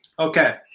Okay